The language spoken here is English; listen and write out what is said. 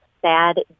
sad